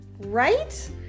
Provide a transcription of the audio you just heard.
Right